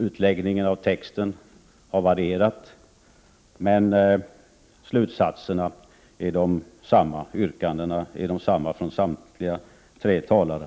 Utläggningen av texten har varierat, men yrkandena är desamma från samtliga tre talare.